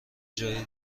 جای